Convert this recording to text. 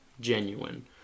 Genuine